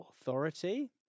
authority